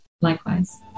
Likewise